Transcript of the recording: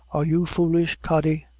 are you foolish, kody?